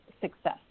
success